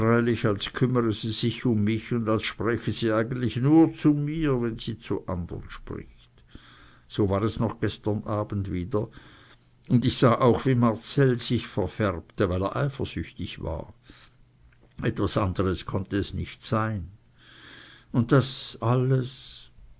als kümmere sie sich um mich und als spräche sie eigentlich nur zu mir wenn sie zu anderen spricht so war es noch gestern abend wieder und ich sah auch wie marcell sich verfärbte weil er eifersüchtig war etwas anderes konnte es nicht sein und das alles